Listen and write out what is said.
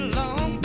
long